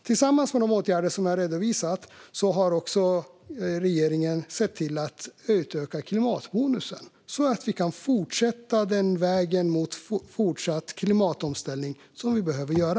Tillsammans med de åtgärder som jag har redovisat har regeringen också sett till att utöka klimatbonusen. Det gör att vi kan fortsätta vägen mot den klimatomställning vi behöver göra.